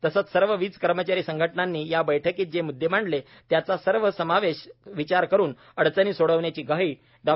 तसेच सर्व वीज कर्मचारी संघटनांनी या बैठकीत जे मुददे मांडले त्याचा सर्व समावेष विचार करुन अडचणी सोडवण्याची ग्वाही डॉ